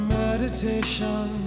meditation